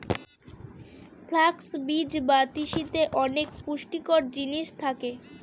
flux বীজ বা তিসিতে অনেক পুষ্টিকর জিনিস থাকে